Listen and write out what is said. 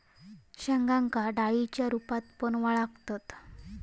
शेंगांका डाळींच्या रूपात पण वळाखतत